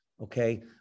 okay